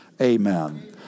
amen